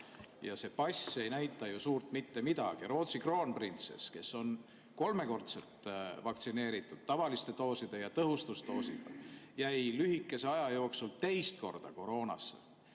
See pass ei näita ju suurt midagi. Rootsi kroonprintsess, kes on kolmekordselt vaktsineeritud, tavaliste dooside ja tõhustusdoosiga, jäi lühikese aja jooksul teist korda koroonasse.